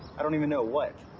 i don't even know what.